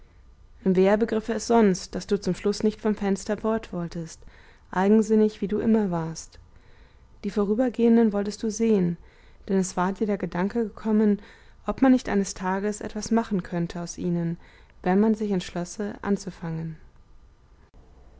wer begriffe es sonst daß du zum schluß nicht vom fenster fortwolltest eigensinnig wie du immer warst die vorübergehenden wolltest du sehen denn es war dir der gedanke gekommen ob man nicht eines tages etwas machen könnte aus ihnen wenn man sich entschlösse anzufangen